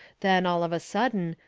then, all of a sudden,